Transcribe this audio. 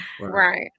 right